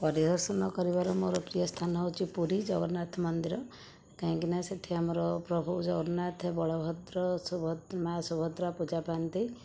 ପରିଦର୍ଶନ କରିବାର ମୋର ପ୍ରିୟ ସ୍ଥାନ ହେଉଛି ପୁରୀ ଜଗନ୍ନାଥ ମନ୍ଦିର କାହିଁକିନା ସେଠି ଆମର ପ୍ରଭୁ ଜଗନ୍ନାଥ ବଳଭଦ୍ର ସୁଭଦ୍ ମା' ସୁଭଦ୍ରା ପୂଜା ପାଆନ୍ତି